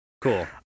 cool